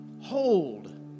hold